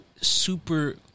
super